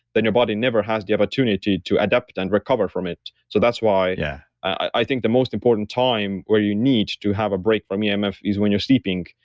then your body never has the opportunity to adapt and recover from it. so that's why yeah i think the most important time where you need to have a break from yeah emf is when you're sleeping,